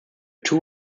two